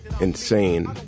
insane